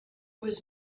was